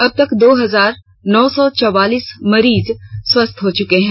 अब तक दो हजार नौ सौ चौवालीस मरीज स्वस्थ हो चुके हैं